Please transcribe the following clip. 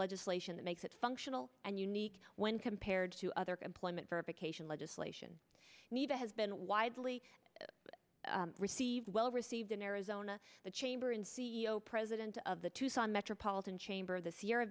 legislation that makes it functional and unique when compared to other employment verification legislation neither has been widely received well received in arizona the chamber in c e o president of the tucson metropolitan chamber the sierra